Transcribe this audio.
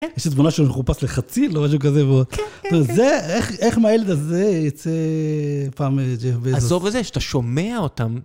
יש איזו תמונה שאני מחופש לחציל, או משהו כזה, ואתה אומר, זה, איך מהילד הזה יצא פעם ג'ף בזוס עזוב את זה, שאתה שומע אותם.